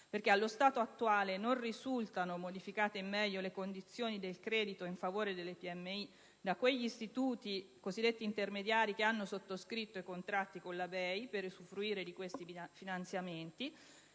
Allo stato attuale non risultano modificate in meglio le condizioni del credito in favore delle PMI da quegli istituti cosiddetti intermediari che hanno sottoscritto contratti con la BEI per usufruire di questi finanziamenti.